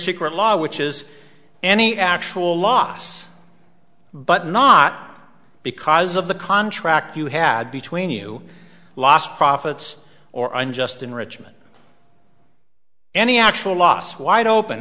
secret law which is any actual loss but not because of the contract you had between you lost profits or unjust enrichment and the actual loss wide open